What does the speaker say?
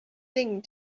thing